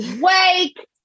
Wake